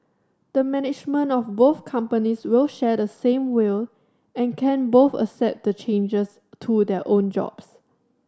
the management of both companies will share the same will and can both accept the changes to their own jobs